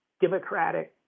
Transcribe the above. democratic